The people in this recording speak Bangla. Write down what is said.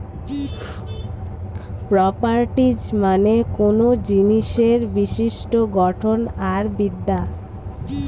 প্রপার্টিজ মানে কোনো জিনিসের বিশিষ্ট গঠন আর বিদ্যা